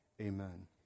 Amen